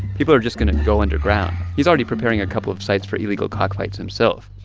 people are just going to go underground. he's already preparing a couple of sites for illegal cockfights himself